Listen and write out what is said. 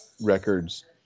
records